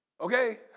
Okay